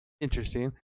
interesting